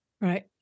Right